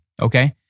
Okay